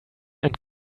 and